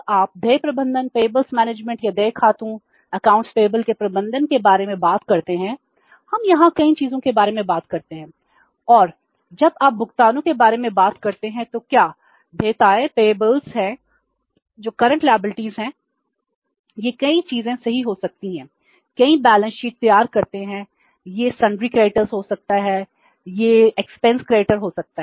आप इसे भुगतान प्रबंधन हो सकता है